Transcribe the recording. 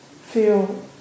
feel